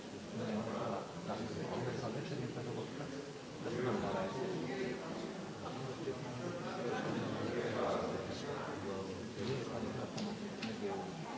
Hvala vam